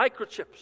microchips